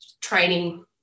training